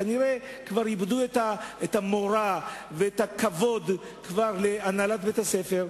כנראה כבר איבדו את המורא ואת הכבוד להנהלת בית-הספר,